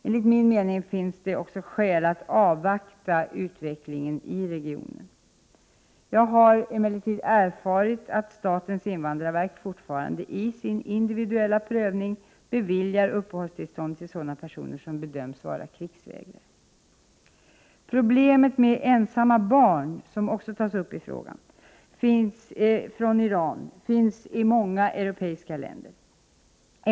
Enligt min mening finns det skäl att avvakta utvecklingen i regionen. Jag har emellertid erfarit att statens invandrarverk fortfarande i sin individuella prövning beviljar uppehållstillstånd till sådana personer som bedöms vara krigsvägrare. Problemet med ensamma barn — som också tas upp i frågan — från Iran finns i många europeiska länder.